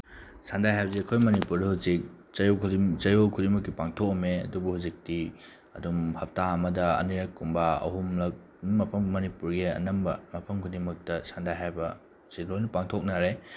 ꯁꯥꯟꯅꯩ ꯍꯥꯏꯕꯁꯦ ꯑꯩꯈꯣꯏ ꯃꯅꯤꯄꯨꯔꯗ ꯍꯧꯖꯤꯛ ꯆꯌꯣꯜ ꯈꯨꯗꯤꯡꯃꯛꯀꯤ ꯄꯥꯡꯊꯣꯛꯂꯝꯃꯦ ꯑꯗꯨꯕꯨ ꯍꯧꯖꯤꯛꯇꯤ ꯑꯗꯨꯝ ꯍꯞꯇ ꯑꯃꯗ ꯑꯅꯤꯔꯛ ꯀꯨꯝꯕ ꯑꯍꯨꯝꯂꯛ ꯑꯗꯨꯝ ꯃꯐꯝ ꯃꯅꯤꯄꯨꯔꯒꯤ ꯑꯅꯝꯕ ꯃꯐꯝ ꯈꯨꯗꯤꯡꯃꯛꯇ ꯁꯥꯟꯅꯩ ꯍꯥꯏꯕ ꯁꯤ ꯂꯣꯏꯅ ꯄꯥꯡꯊꯣꯛꯅꯔꯦ